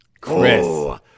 chris